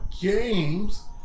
games